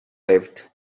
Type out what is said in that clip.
lift